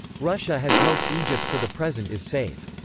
russia has held, egypt for the present is safe.